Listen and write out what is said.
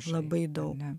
labai daug